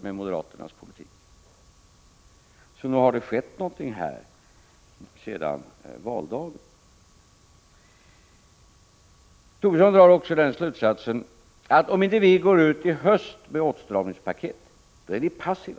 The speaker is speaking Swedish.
Så nog har det skett någonting här sedan valdagen. Tobisson drar också den slutsatsen att om inte vi i höst går ut med ett åtstramningspaket är vi passiva.